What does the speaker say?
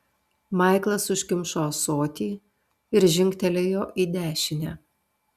maiklas užkimšo ąsotį ir žingtelėjo į dešinę